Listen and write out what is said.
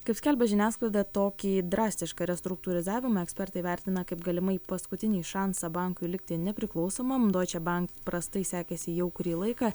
kaip skelbia žiniasklaida tokį drastišką restruktūrizavimą ekspertai vertina kaip galimai paskutinį šansą bankui likti nepriklausomam doičebank prastai sekėsi jau kurį laiką